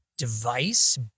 device